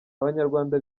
abanyarwanda